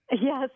Yes